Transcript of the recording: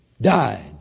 died